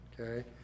Okay